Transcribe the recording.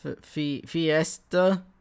Fiesta